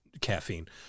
caffeine